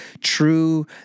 true